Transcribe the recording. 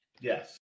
Yes